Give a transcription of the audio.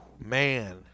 Man